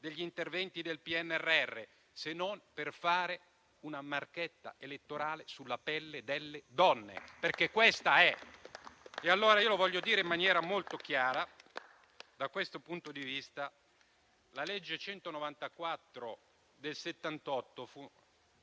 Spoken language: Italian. degli interventi del PNRR, se non per fare una marchetta elettorale sulla pelle delle donne, perché questa è? Voglio dirlo allora in maniera molto chiara: da questo punto di vista, la legge n. 194 del 1978 fu